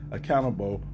accountable